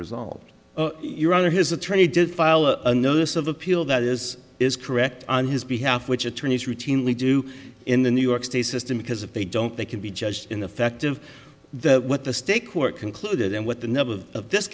resolved your honor his attorney did file a notice of appeal that is is correct on his behalf which attorneys routinely do in the new york state system because if they don't they can be judged in effect of that what the state court concluded and what the nub of this